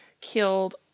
killed